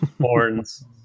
horns